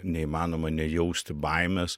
neįmanoma nejausti baimės